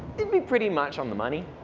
you'd be pretty much on the money.